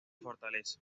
fortaleza